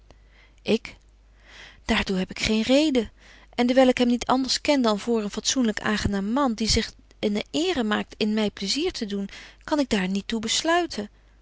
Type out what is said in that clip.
daar toe heb ik geen reden en dewyl ik hem niet anders ken dan voor een fatsoenlyk aangenaam man die zich een eere maakt in my plaisier te doen kan ik daar niet toe besluiten